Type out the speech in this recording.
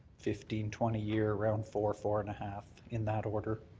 fifteen, twenty year around four, four and a half in that order.